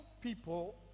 people